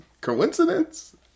Coincidence